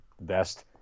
best